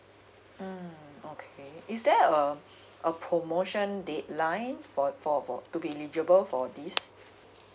mm okay is there a a promotion deadline for for to be eligible for this